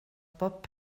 pob